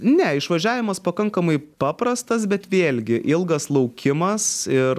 ne išvažiavimas pakankamai paprastas bet vėlgi ilgas laukimas ir